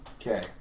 Okay